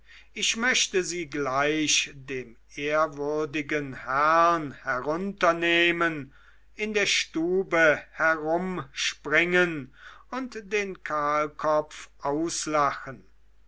ich möchte sie gleich dem ehrwürdigen herrn herunternehmen in der stube herumspringen und den kahlkopf auslachen